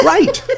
Right